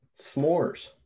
s'mores